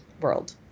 world